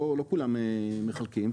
לא כולם מחלקים,